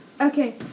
Okay